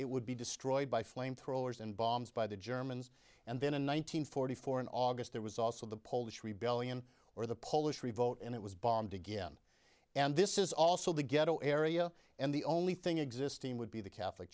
it would be destroyed by flame throwers and bombs by the germans and then in one thousand nine hundred four in august there was also the polish rebellion or the polish revote and it was bombed again and this is also the ghetto area and the only thing existing would be the catholic